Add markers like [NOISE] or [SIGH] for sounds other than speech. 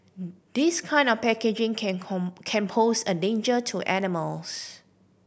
this kind of packaging can [UNINTELLIGIBLE] can pose a danger to animals